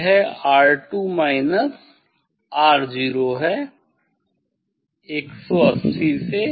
यह R2 R0 है 180 से